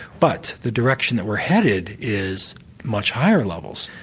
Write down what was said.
but the direction that we are headed is much higher levels.